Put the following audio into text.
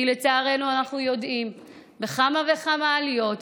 כי לצערנו אנחנו יודעים שבכמה וכמה עליות,